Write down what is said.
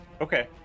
Okay